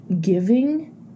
giving